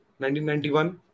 1991